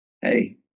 hey